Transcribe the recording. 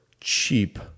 cheap